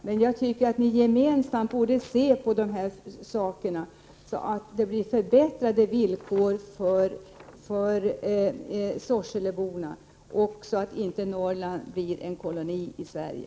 Men jag tycker att ni gemensamt borde se på dessa saker så att det blir förbättrade villkor för sorseleborna och så att inte Norrland blir en koloni i Sverige.